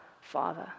Father